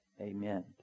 Amen